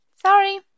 Sorry